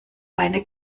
eine